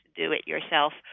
do-it-yourself